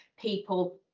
people